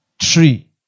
tree